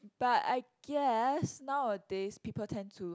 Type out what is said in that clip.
but I guess nowadays people tend to